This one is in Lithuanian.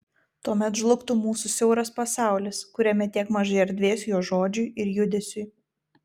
tuomet žlugtų mūsų siauras pasaulis kuriame tiek mažai erdvės jo žodžiui ir judesiui